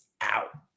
out